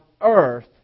earth